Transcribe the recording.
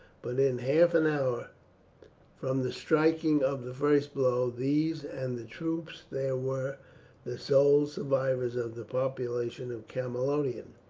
but in half an hour from the striking of the first blow these and the troops there were the sole survivors of the population of camalodunum.